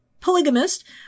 polygamist